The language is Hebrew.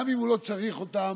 גם אם הוא לא צריך אותם